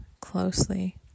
closely